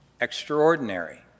extraordinary